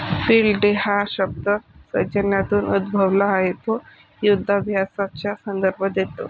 field day हा शब्द सैन्यातून उद्भवला आहे तो युधाभ्यासाचा संदर्भ देतो